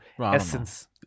essence